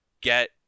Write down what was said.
get